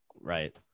Right